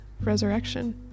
resurrection